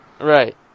Right